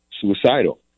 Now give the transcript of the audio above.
suicidal